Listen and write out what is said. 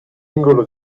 singolo